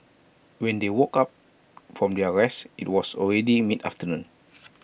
when they woke up from their rest IT was already mid afternoon